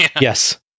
Yes